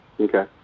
Okay